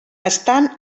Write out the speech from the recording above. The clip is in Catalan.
estan